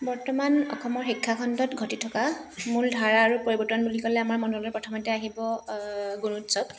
বৰ্তমান অসমৰ শিক্ষাখণ্ডত ঘটি থকা মূল ধাৰা আৰু পৰিৱৰ্তন বুলি ক'লে আমাৰ মনলৈ প্ৰথমতে আহিব গুণোৎসৱ